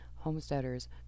homesteaders